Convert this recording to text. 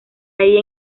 ahí